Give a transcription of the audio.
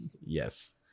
Yes